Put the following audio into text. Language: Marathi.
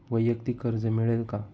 वैयक्तिक कर्ज मिळेल का?